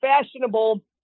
fashionable